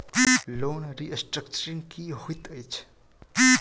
Loan restructuring की होइत अछि?